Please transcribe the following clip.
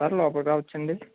sir లోపలికి రావచ్చా అండి